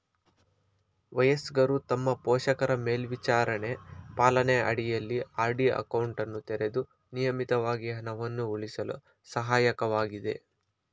ವಯಸ್ಕರು ತಮ್ಮ ಪೋಷಕರ ಮೇಲ್ವಿಚಾರಣೆ ಪಾಲನೆ ಅಡಿಯಲ್ಲಿ ಆರ್.ಡಿ ಅಕೌಂಟನ್ನು ತೆರೆದು ನಿಯಮಿತವಾಗಿ ಹಣವನ್ನು ಉಳಿಸಲು ಸಹಾಯಕವಾಗಿದೆ